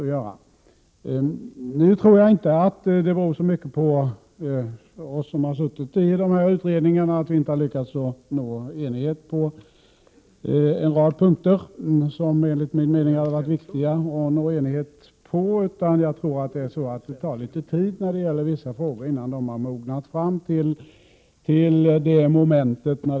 Men jag tror inte det beror så mycket på oss som har suttit i utredningarna att vi inte har lyckats nå enighet om en rad punkter som det enligt min mening hade varit viktigt att nå enighet om, utan jag tror att dettar — Prot. 1987/88:95 litet tid innan vissa frågor har mognat så att det kan bli ett positivt beslut.